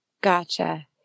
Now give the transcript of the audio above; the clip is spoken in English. Gotcha